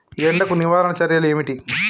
ఎండకు నివారణ చర్యలు ఏమిటి?